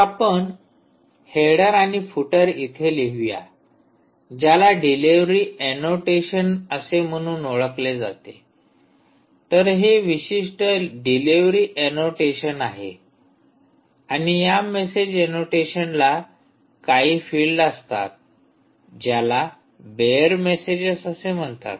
तर आपण हेडर आणि फूटर इथे लिहूया ज्याला डिलिव्हरी ऐनोटेशन असे म्हणून ओळखले जाते तर हे विशिष्ट डिलिव्हरी ऐनोटेशन आहे आणि या मेसेज ऐनोटेशनला काही फिल्ड असतात ज्याला बेअर मेसेजेस असे म्हणतात